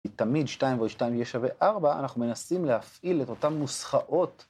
כי תמיד 2 ועוד 2 יהיה שווה 4, אנחנו מנסים להפעיל את אותן נוסחאות.